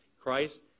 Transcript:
Christ